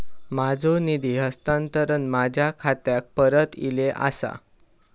माझो निधी हस्तांतरण माझ्या खात्याक परत इले आसा